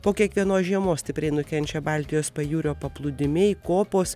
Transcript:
po kiekvienos žiemos stipriai nukenčia baltijos pajūrio paplūdimiai kopos